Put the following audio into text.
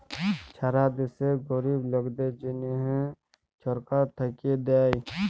ছারা দ্যাশে গরিব লকদের জ্যনহ ছরকার থ্যাইকে দ্যায়